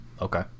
Okay